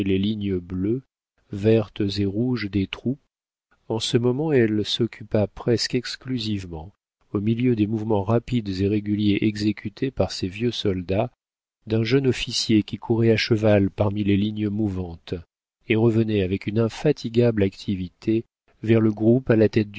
les lignes bleues vertes et rouges des troupes en ce moment elle s'occupa presque exclusivement au milieu des mouvements rapides et réguliers exécutés par ces vieux soldats d'un jeune officier qui courait à cheval parmi les lignes mouvantes et revenait avec une infatigable activité vers le groupe à la tête